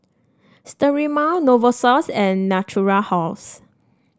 Sterimar Novosource and Natura House